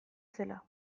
zela